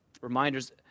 reminders